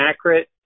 accurate